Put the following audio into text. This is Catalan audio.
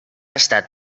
estat